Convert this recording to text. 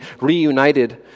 reunited